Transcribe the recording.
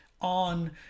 on